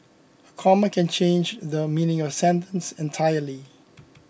a comma can change the meaning of a sentence entirely